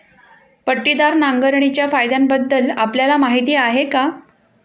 पट्टीदार नांगरणीच्या फायद्यांबद्दल आपल्याला माहिती आहे का?